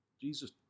Jesus